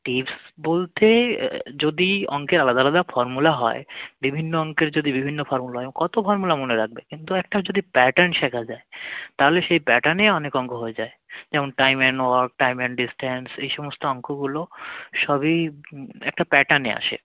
tips বলতে যদি অঙ্কের আলাদা আলাদা ফর্মুলা হয় বিভিন্ন অঙ্কের যদি বিভিন্ন ফর্মুলা হয় কতো ফর্মুলা মনে রাখবে কিন্তু একটা যদি প্যাটার্ন শেখা যায় তালে সেই প্যাটার্নে অনেক অঙ্ক হয়ে যায় যেমন time and work time and distance এই সমস্ত অঙ্কগুলো সবই একটা প্যাটার্নে আসে